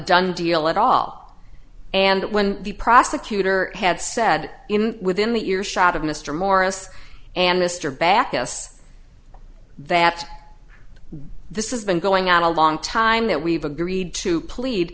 done deal at all and when the prosecutor had said within the earshot of mr morris and mr baucus that this is been going on a long time that we've agreed to plead